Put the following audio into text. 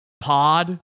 Pod